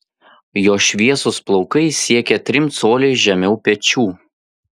jo šviesūs plaukai siekia trim coliais žemiau pečių